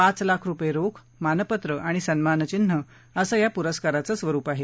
पाच लाख रुपये रोख मानपत्र आणि सन्मानचिन्ह असं या पुरस्काराचं स्वरुप आहे